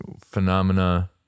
phenomena